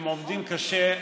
הם עובדים קשה,